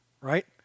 right